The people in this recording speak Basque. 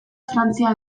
frantzia